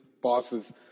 bosses